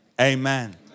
amen